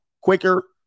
quicker